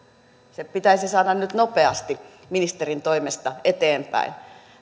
se pitäisi saada nyt nopeasti ministerin toimesta eteenpäin